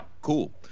Cool